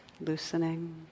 loosening